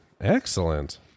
Excellent